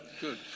good